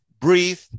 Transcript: breathe